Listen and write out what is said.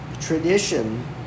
tradition